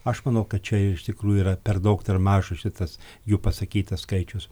aš manau kad čia iš tikrųjų yra per daug dar mažas šitas jų pasakytas skaičius